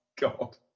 God